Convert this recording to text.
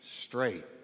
straight